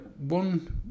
one